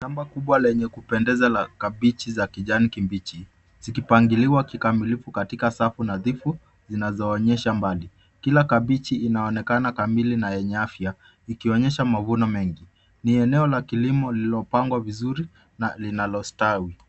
Shamba kubwa lenye kupendeza la kabichi za kijani kibichi. Zikipangiliwa katika safu nadhifu zinazoonyesha mbali. Kila kabichi inaoonekana kamili na yenye afya ikionyesha mavuno mengi. Ni eneo la kilimo lililopangwa vizuri na lililostawi.